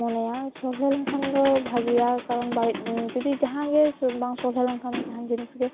ᱢᱚᱱᱮᱭᱟ ᱥᱚᱦᱞᱮ ᱞᱮᱱᱠᱷᱟᱱ ᱫᱚ ᱵᱷᱟᱜᱮᱭᱟ ᱠᱟᱨᱚᱱ ᱵᱟᱹᱲᱤᱡ ᱡᱩᱫᱤ ᱡᱟᱦᱟᱸᱜᱮ ᱵᱟᱝ ᱥᱚᱦᱞᱮ ᱞᱮᱱᱠᱷᱟᱱ ᱫᱚ ᱡᱟᱦᱟᱱ ᱡᱤᱱᱤᱥ ᱜᱮ